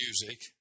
music